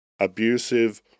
abusive